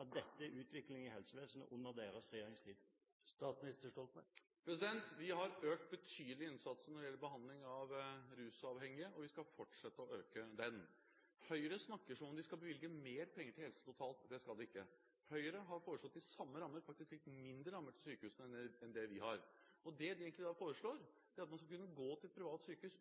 at dette er utviklingen i helsevesenet under deres regjeringstid? Vi har økt innsatsen betydelig når det gjelder behandling av rusavhengige, og vi skal fortsette å øke den. Høyre snakker som om de skal bevilge mer penger til helsevesenet totalt. Det skal de ikke. Høyre har foreslått de samme rammer – faktisk litt mindre rammer – til sykehusene enn det vi har. Det de da egentlig foreslår, er at man uansett skal kunne gå til et privat sykehus,